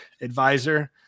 advisor